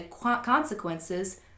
consequences